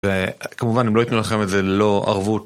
וכמובן הם לא ייתנו לכם את זה ללא ערבות